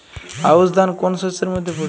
আউশ ধান কোন শস্যের মধ্যে পড়ে?